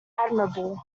admirable